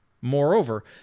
Moreover